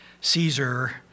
Caesar